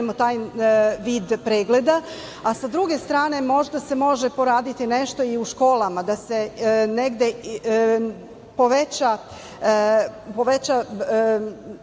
taj vid pregleda. Sa druge strane možda se može poraditi nešto i u školama. Da se negde poveća